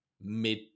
mid